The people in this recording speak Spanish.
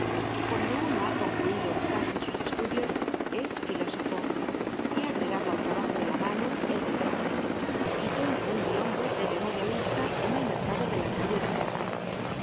cuando uno ha concluido casi sus estudios es filósofo he agregado al trabajo de la mano el del brazo y tengo un biombo de memorialista en el mercado de la calle de